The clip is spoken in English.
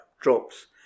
drops